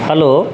hello